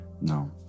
No